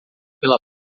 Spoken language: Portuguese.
pela